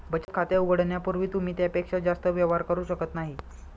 बचत खाते उघडण्यापूर्वी तुम्ही त्यापेक्षा जास्त व्यवहार करू शकत नाही